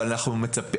נכון.